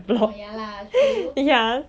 oh ya lah true